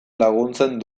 laguntzen